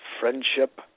friendship